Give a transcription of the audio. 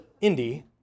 Indy